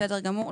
בסדר גמור.